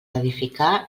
edificar